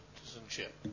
citizenship